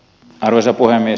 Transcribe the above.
arvoisa puhemies